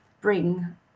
bring